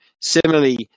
similarly